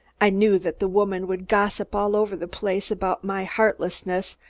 i knew that the woman would gossip all over the place about my heartlessness,